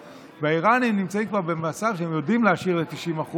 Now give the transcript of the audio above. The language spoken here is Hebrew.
והאיראנים נמצאים כבר במצב שהם יודעים להעשיר 90%,